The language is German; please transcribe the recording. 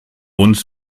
uns